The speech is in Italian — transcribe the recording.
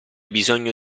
bisogno